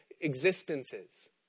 existences